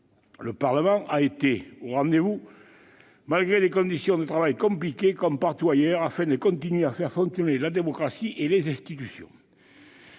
Le Parlement a été au rendez-vous, malgré des conditions de travail compliquées- comme partout ailleurs -, afin de continuer à faire fonctionner la démocratie et les institutions.